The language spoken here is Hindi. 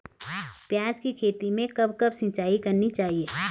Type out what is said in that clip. प्याज़ की खेती में कब कब सिंचाई करनी चाहिये?